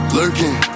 lurking